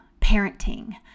parenting